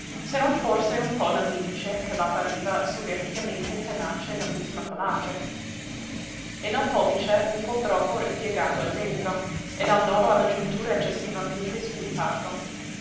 se non forse un po nell'indice che appariva soverchiamente tenace nell'ultima falange e nel pollice un po troppo ripiegato in dentro e dal nodo alla giuntura eccessivamente sviluppato